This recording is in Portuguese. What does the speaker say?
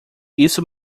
isso